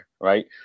right